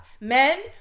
men